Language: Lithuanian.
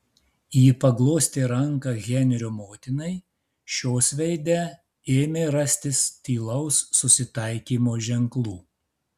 ji paglostė ranką henrio motinai šios veide ėmė rastis tylaus susitaikymo ženklų